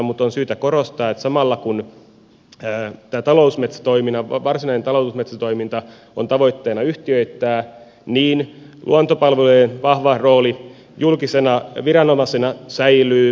mutta on syytä korostaa että samalla kun tämä varsinainen talousmetsätoiminta on tavoitteena yhtiöittää luontopalvelujen vahva rooli julkisena viranomaisena säilyy